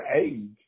age